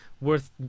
worth